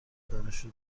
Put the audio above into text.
دانشجو